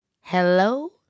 Hello